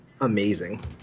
amazing